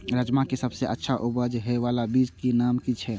राजमा के सबसे अच्छा उपज हे वाला बीज के नाम की छे?